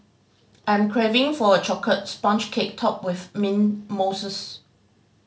I'm craving for a chocolate sponge cake topped with mint mousses